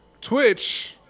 Twitch